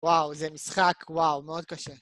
וואו, זה משחק וואו, מאוד קשה.